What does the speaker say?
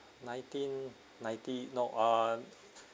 nineteen-ninety no ah